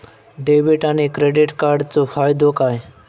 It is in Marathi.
डेबिट आणि क्रेडिट कार्डचो फायदो काय?